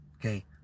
okay